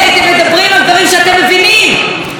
סתם לדבר כדי לבקר.